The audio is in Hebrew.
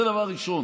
זה דבר ראשון.